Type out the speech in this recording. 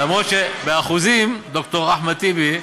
אף שבאחוזים, ד"ר אחמד טיבי,